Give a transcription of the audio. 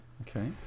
Okay